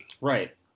Right